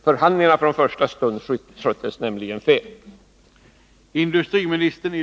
Förhandlingarna har från första stund skötts fel.